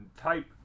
type